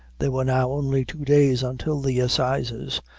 there were now only two days until the assizes,